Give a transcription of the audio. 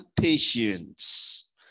patience